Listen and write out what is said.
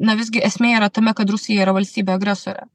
na visgi esmė yra tame kad rusija yra valstybė agresorė